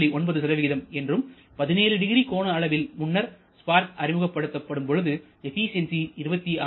9 என்றும் 170 கோண அளவில் முன்னர் ஸ்பார்க் அறிமுகப்படுத்தப்படும் பொழுது எபிசென்சி 26